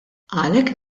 għalhekk